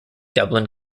dublin